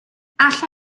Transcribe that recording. alla